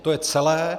To je celé.